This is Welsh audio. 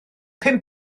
pum